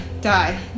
die